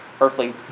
earthly